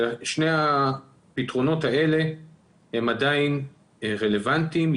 שני הפתרונות האלה הם עדיין רלוונטיים.